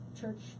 church